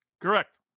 Correct